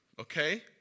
Okay